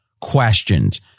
questions